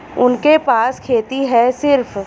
उनके पास खेती हैं सिर्फ